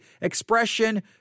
expression